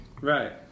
Right